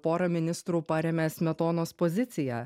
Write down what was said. porą ministrų paremia smetonos poziciją